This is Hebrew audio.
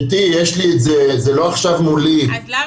גבירתי, יש לי את זה, זה לא מולי עכשיו.